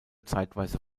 zeitweise